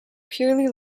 purely